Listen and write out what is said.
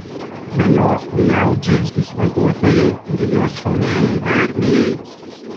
valio liaudžiai išvaduotojai ir jos šauniajai armijai